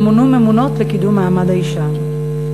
ימונו ממונות לקידום מעמד האישה.